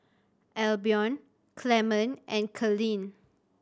Albion Clement and Collin